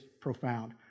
profound